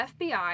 FBI